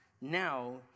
now